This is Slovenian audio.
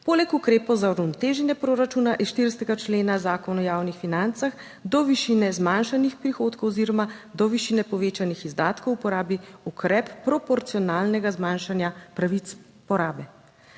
poleg ukrepov za uravnoteženje proračuna iz 40. člena Zakona o javnih financah do višine zmanjšanih prihodkov oziroma do višine povečanih izdatkov uporabi ukrep proporcionalnega zmanjšanja pravic porabe.